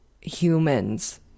humans